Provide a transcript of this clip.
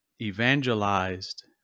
evangelized